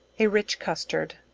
a rich custard.